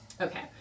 Okay